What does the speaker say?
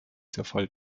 zerfall